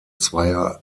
zweier